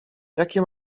jakie